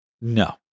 No